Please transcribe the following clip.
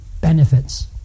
benefits